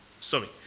sorry